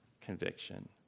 conviction